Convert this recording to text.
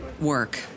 work